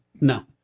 No